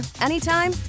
anytime